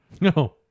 No